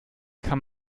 kann